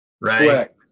right